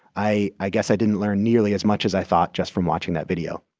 i i guess i didn't learn nearly as much as i thought just from watching that video